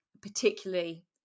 particularly